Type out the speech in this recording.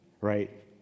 right